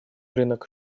рынок